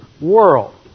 world